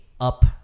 up